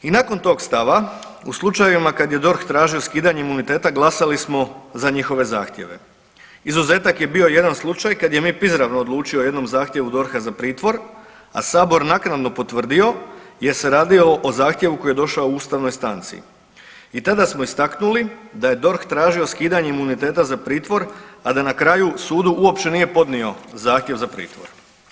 I nakon tog stava u slučajevima kada je DORH tražio skidanje imuniteta glasali smo za njihove zahtjeve, izuzetak je bio jedan slučaj kada je MIP izravno odlučio o jednom zahtjevu DORH-a za pritvor, a sabor naknadno potvrdio jel se radilo o zahtjevu koji je došao u ustavnoj stanci i tada smo istaknuli da je DORH tražio skidanje imuniteta za pritvor, a da na kraju sudu uopće nije podnio zahtjev za pritvor.